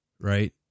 right